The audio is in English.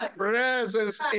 presence